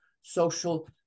social